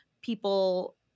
people